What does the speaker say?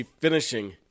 finishing